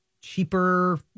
cheaper